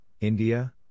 India